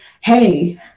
hey